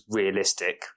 realistic